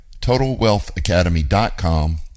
TotalWealthAcademy.com